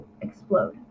explode